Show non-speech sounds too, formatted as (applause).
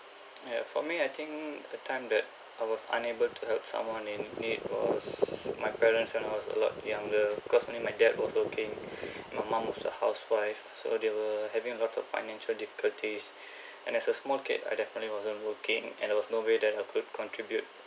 ya for me I think a time that I was unable to help someone in need was my parents when I was a lot younger because only my dad was working (breath) my mum was a housewife so they were having a lot of financial difficulties (breath) and as a small kid I definitely wasn't working and there was no way that I could contribute